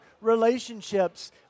relationships